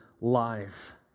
life